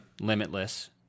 limitless